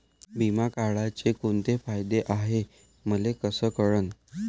बिमा काढाचे कोंते फायदे हाय मले कस कळन?